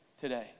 today